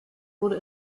wurde